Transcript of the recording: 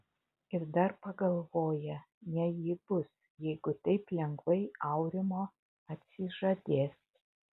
ir dar pagalvoja ne ji bus jeigu taip lengvai aurimo atsižadės